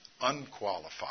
unqualified